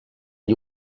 gli